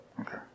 Okay